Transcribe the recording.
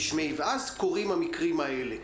ואז קורים המקרים האלה.